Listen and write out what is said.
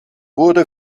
wurde